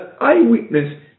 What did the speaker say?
eyewitness